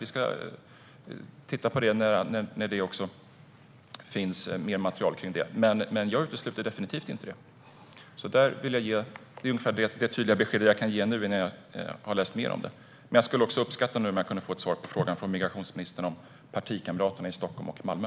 Vi ska titta på det när det finns mer material om det. Men jag utesluter definitivt inte det. Det är ungefär det tydliga besked som jag kan ge nu innan jag har läst mer om detta. Men jag skulle också uppskatta om jag kan få ett svar från migrationsministern om partikamraterna i Stockholm och Malmö.